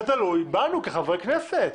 זה תלוי בנו כחברי כנסת.